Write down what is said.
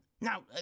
Now